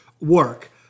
work